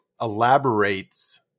elaborates